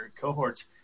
cohorts